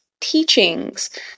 teachings